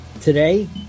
Today